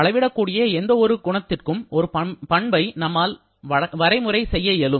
அளவிடக்கூடிய எந்த ஒரு குணத்திற்கும் ஒரு பண்பை நம்மால் வரைமுறை செய்ய இயலும்